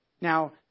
Now